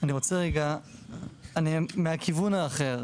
אני רוצה רגע מהכיוון האחר.